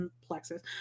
plexus